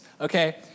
okay